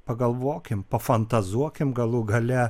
pagalvokim pafantazuokim galų gale